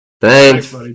Thanks